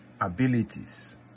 abilities